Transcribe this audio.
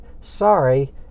sorry